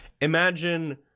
Imagine